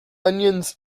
onions